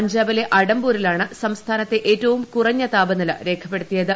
പഞ്ചാബിലെ അഡംപൂരിലാണ് സംസ്ഥാനത്തെ ഏറ്റവും കുറഞ്ഞ താപനില രേഖപ്പെടുത്തിയത്